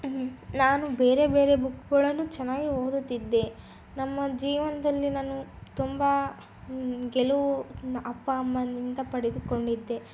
ನಾನು ಬೇರೆ ಬೇರೆ ಬುಕ್ಕುಗಳನ್ನು ಚೆನ್ನಾಗಿ ಓದುತ್ತಿದ್ದೆ ನಮ್ಮ ಜೀವನದಲ್ಲಿ ನಾನು ತುಂಬ ಗೆಲುವು ನ ಅಪ್ಪ ಅಮ್ಮನಿಂದ ಪಡೆದುಕೊಂಡಿದ್ದೆ